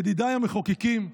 ידידיי המחוקקים,